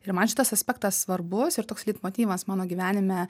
ir man šitas aspektas svarbus ir toks leitmotyvas mano gyvenime